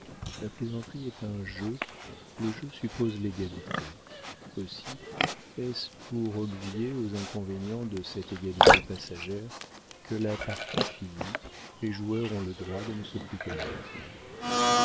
la plaisanterie est un jeu le jeu suppose l'égalité aussi est-ce pour obvier aux inconvénients de cette égalité passagère que la partie finie les joueurs ont le droit de ne se plus connaître